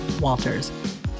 Walters